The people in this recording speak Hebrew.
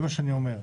זה מה שאני אומר.